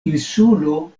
insulo